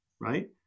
right